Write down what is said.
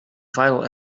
vital